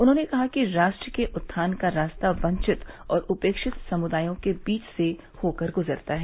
उन्होंने कहा कि राष्ट्र के उत्थान का रास्ता वंचित और उपेक्षित समुदायों के बीच से होकर ही गुजरता है